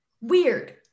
weird